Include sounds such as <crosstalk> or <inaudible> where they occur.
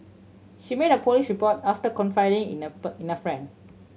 she made a police report after confiding in a <unintelligible> in a friend